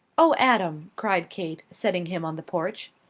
oh, adam! cried kate, setting him on the porch.